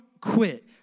quit